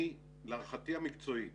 להערכתי המקצועית